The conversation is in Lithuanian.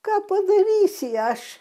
ką padarysi aš